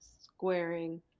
squaring